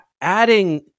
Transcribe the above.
adding